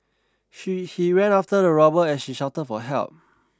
she he ran after the robber as she shouted for help